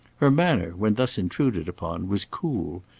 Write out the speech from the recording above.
her manner when thus intruded upon, was cool,